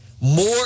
more